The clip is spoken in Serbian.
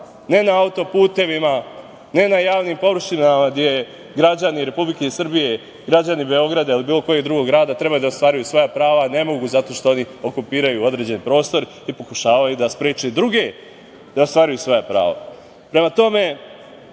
ne na auto-putevima, ne na javnim površinama gde građani Republike Srbije, građani Beograda ili bilo kojeg drugog grada treba da ostvaruju svoja prava. Ne mogu zato što oni okupiraju određeni prostor i pokušavaju da spreče druge da ostvaruju svoja prava. Prema